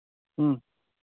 ꯎꯝ